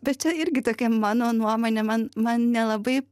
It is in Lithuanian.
bet čia irgi tokia mano nuomonė man man nelabai